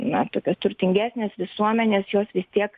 na tokia turtingesnės visuomenės jos vis tiek